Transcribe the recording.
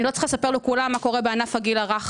אני לא צריכה לספר לכולם מה קורה בענף הגיל הרך